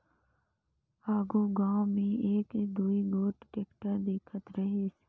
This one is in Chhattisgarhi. आघु गाँव मे एक दुई गोट टेक्टर दिखत रहिस